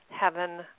Heaven